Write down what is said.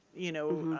you know,